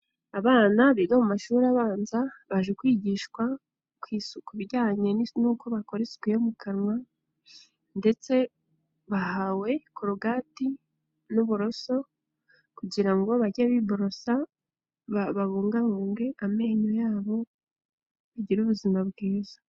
Abana biga mu mashuri abanza baje kwigishwa ku isuku bijyanye n'uko bakora isuku yo mu kanwa ndetse bahawe korogati n'uburoso kugira ngo bajye biborosa, babungabunge amenyo yabo bagire ubuzima bwiza.